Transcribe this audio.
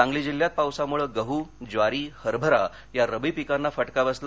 सांगली जिल्ह्यात पावसामुळे गहू ज्वारी हरभरा या रबी पिकांना फटका बसला